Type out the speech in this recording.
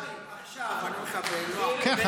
קרעי, אני מכבד, תקשיב --- ביקשתי שתקשיב.